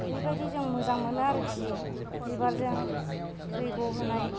बेबायदि जों मोजां मोनो आरोखि बिबारजों जय्ग' होनाय